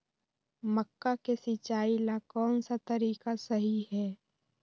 मक्का के सिचाई ला कौन सा तरीका सही है?